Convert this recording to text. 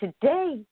today